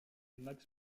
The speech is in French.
max